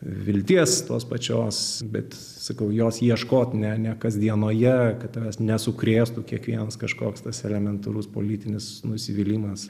vilties tos pačios bet sakau jos ieškot ne ne kasdienoje kad tavęs ne sukrėstų kiekvienas kažkoks tas elementarus politinis nusivylimas